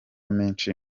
menshi